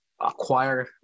acquire